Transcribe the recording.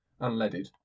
unleaded